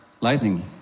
lightning